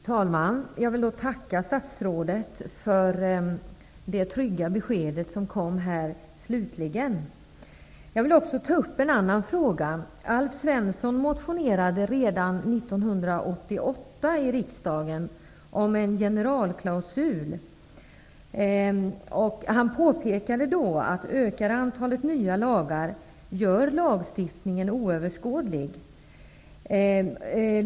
Herr talman! Jag vill tacka statsrådet för det trygga beskedet som slutligen kom. Jag vill också ta upp en annan fråga. Alf Svensson motionerade redan 1988 om en generalklausul. Han påpekade då att det ökade antalet nya lagar gör lagstiftningen oöverskådlig.